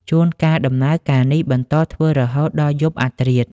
ជួនកាលដំណើរការនេះបន្តធ្វើរហូតដល់យប់អធ្រាត្រ។